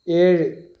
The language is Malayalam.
ഏഴ്